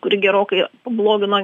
kuri gerokai pablogino